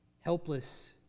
helpless